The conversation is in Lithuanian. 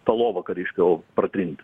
tą lovą kariškio pratrint